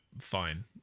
fine